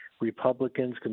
Republicans